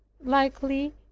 likely